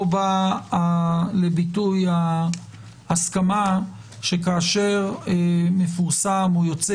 פה בא לידי הביטוי ההסכמה שכאשר מפורסם או יוצא